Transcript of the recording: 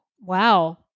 Wow